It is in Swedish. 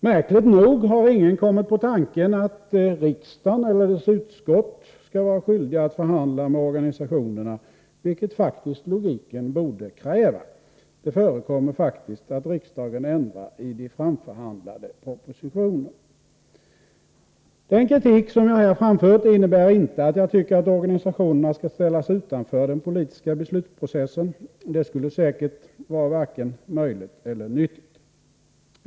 Märkligt nog NOTE har ingen kommit på tanken att riksdagen eller dess utskott skall ha ringsärenden skyldighet att förhandla med organisationerna, vilket faktiskt logiken borde kräva. Det förekommer faktiskt att riksdagen ändrar i de framförhandlade Den kritik jag här framfört innebär inte att jag tycker att organisationerna skall ställas utanför den politiska beslutsprocessen. Det skulle säkert vara varken möjligt eller nyttigt.